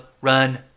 run